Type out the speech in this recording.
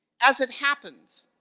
as it happens,